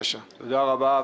תודה רבה.